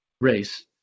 race